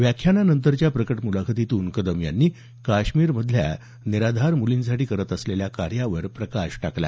व्याख्यानानंतरच्या प्रकट मुलाखतीतून कदम यांनी काश्मीरमधील निराधार मुलींसाठी करत असलेल्या कार्यावर प्रकाश टाकला